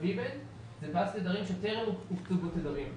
ה-V-Band שטרם הוכנסו לתדרים....